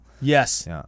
Yes